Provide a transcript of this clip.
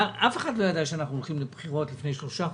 אף אחד לא ידע שאנחנו הולכים לבחירות לפני שלושה חודשים.